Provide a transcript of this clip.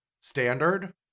standard